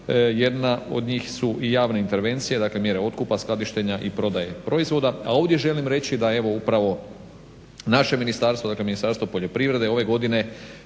Jedna od njih su i javne intervencije, mjere otkupa, skladištenja i prodaje proizvoda. A ovdje želim reći, da upravo naše ministarstvo, dakle Ministarstvo poljoprivrede ove godine